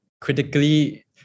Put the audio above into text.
critically